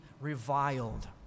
reviled